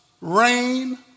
rain